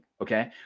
Okay